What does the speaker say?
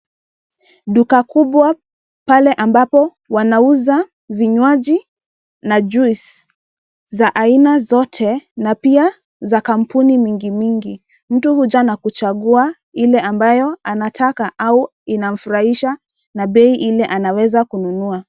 Duka kubwa pale ambapo wanauza vinywaji na juice za aina zote na pia za kampuni mingi mingi. Mtu huja kuchagua ile ambayo anataka au inamfurahisha na bei ile anaweza kununua.